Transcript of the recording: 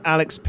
Alex